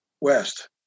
west